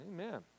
Amen